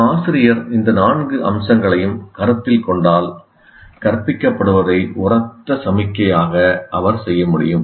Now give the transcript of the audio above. ஒரு ஆசிரியர் இந்த நான்கு அம்சங்களையும் கருத்தில் கொண்டால் கற்பிக்கப்படுவதை உரத்த சமிக்ஞையாக அவர் செய்ய முடியும்